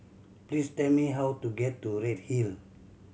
please tell me how to get to Redhill